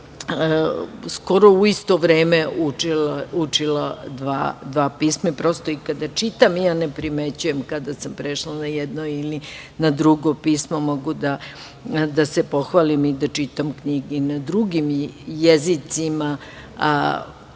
su skoro u isto vreme učile dva pisma. Prosto, i kada čitam, ja ne primećujem kada sam prešla na jedno ili na drugo pismo. Mogu da se pohvalim i da čitam knjige i na drugim jezicima